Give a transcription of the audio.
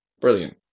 brilliant